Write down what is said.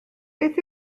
beth